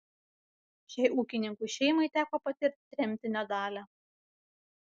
šiai ūkininkų šeimai teko patirti tremtinio dalią